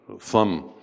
thumb